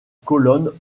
colonne